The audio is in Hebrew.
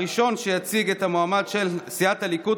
הראשון שיציג את המועמד של סיעת הליכוד,